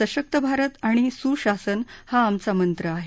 सशक्त भारत आणि सुशासन हा आमचा मंत्र आहे